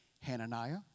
Hananiah